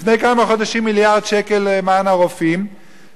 לפני כמה חודשים מיליארד שקל למען הרופאים,